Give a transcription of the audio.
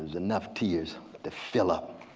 enough tears to fill up